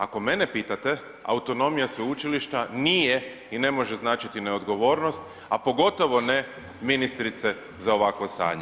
Ako mene pitate, autonomija sveučilišta nije i ne može značiti neodgovornost, a pogotovo ne ministrice za ovakvo stanje.